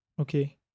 Okay